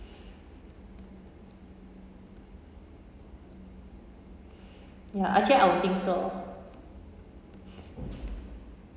ya actually I would think so